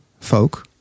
folk